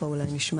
כאן אולי נשמע